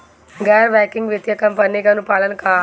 गैर बैंकिंग वित्तीय कंपनी के अनुपालन का ह?